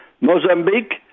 Mozambique